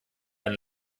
ein